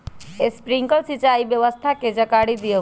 Sprinkler सिंचाई व्यवस्था के जाकारी दिऔ?